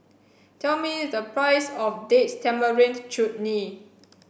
tell me the price of Date Tamarind Chutney